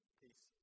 peace